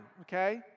okay